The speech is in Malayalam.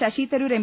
ശശിതരൂർ എം